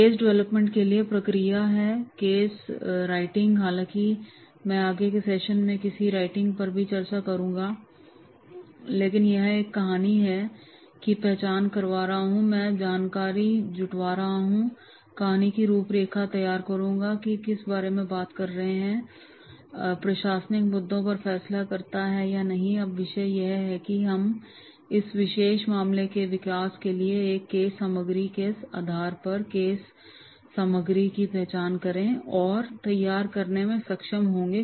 case development के लिए प्रक्रिया है केस राइटिंग हालांकि मैं आगे के सेशन में केस राइटिंग पर भी चर्चा करूंगा लेकिन यहां एक कहानी की पहचान करवा रहा हूं मै जानकारी जुटाऊंगा कहानी की रूपरेखा तैयार करूंगा कि वह किस बारे में बात करता है प्रशासनिक मुद्दों पर फैसला करता है या नहीं अब विषय यह हैं कि हम इस विशेष मामले के विकास के लिए और इस केस सामग्री के आधार पर केस सामग्री की पहचान करने और तैयार करने में सक्षम होंगे